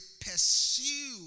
pursue